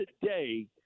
today